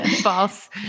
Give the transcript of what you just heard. False